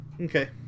okay